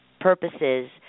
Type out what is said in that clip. purposes